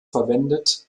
verwendet